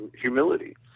humility